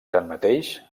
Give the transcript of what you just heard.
tanmateix